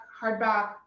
hardback